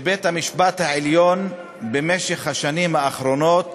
שבית-המשפט העליון במשך השנים האחרונות